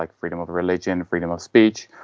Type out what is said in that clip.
like freedom of religion, freedom of speech.